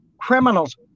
criminals